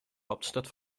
hauptstadt